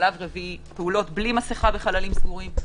שלב רביעי פעולות בלי מסכה בחללים סגורים,